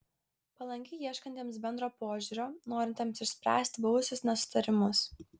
palanki ieškantiems bendro požiūrio norintiems išspręsti buvusius nesutarimus